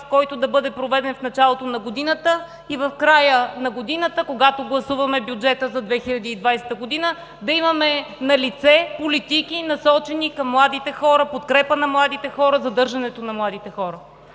който да бъде проведен в началото на годината, и в края на годината, когато гласуваме бюджета за 2020 г., да имаме налице политики, насочени към младите хора, в подкрепа на младите хора, задържането на младите хора?